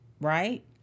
right